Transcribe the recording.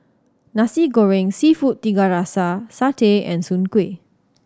Nasi Goreng Seafood Tiga Rasa satay and soon kway